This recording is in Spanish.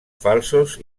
falsos